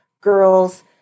girls